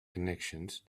connections